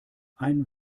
ein